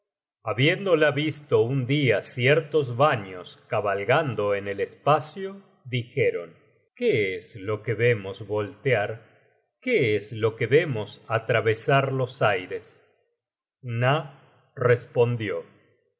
el agua habiéndola visto un dia ciertos vanios cabalgando en el espacio dijeron qué es lo que vemos voltear qué es lo que vemos atravesar los aires gna respondió